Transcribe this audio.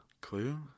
Clue